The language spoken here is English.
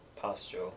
Pasture